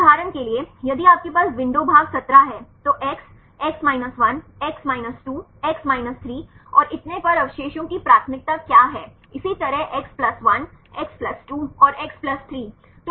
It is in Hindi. उदाहरण के लिए यदि आपके पास विंडो भाग 17 है तो x x 1 x 2 x 3 और इतने पर अवशेषों की प्राथमिकता क्या है इसी तरह x 1 x 2 और x 3